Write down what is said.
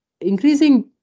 increasing